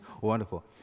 Wonderful